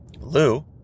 Lou